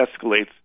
escalates